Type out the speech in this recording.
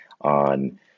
on